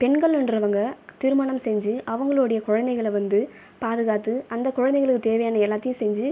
பெண்களுன்றவங்க திருமணம் செஞ்சு அவங்களுடைய குழந்தைகளை வந்து பாதுகாத்து அந்தக் குழந்தைகளுக்கு தேவையான எல்லாத்தையும் செஞ்சு